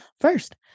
first